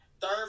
Third